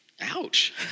Ouch